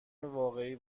واقعی